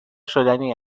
شدنی